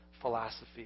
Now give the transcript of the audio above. philosophy